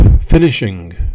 finishing